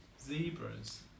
Zebras